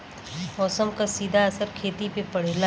मौसम क सीधा असर खेती पे पड़ेला